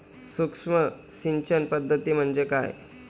सूक्ष्म सिंचन पद्धती म्हणजे काय?